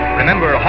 Remember